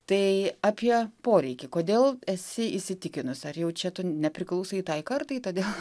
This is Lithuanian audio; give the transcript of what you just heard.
tai apie poreikį kodėl esi įsitikinus ar jau čia tu nepriklausai tai kartai todėl